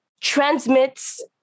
transmits